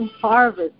harvest